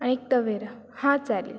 आणि एक तवेरा हां चालेल